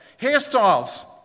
Hairstyles